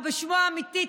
או בשמו האמיתי,